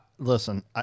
Listen